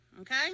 Okay